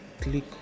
click